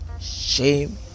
shame